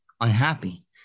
unhappy